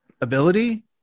ability